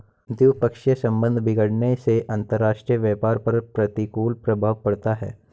द्विपक्षीय संबंध बिगड़ने से अंतरराष्ट्रीय व्यापार पर प्रतिकूल प्रभाव पड़ता है